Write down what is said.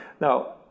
Now